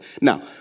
Now